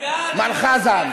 מר חזן.